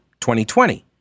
2020